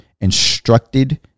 instructed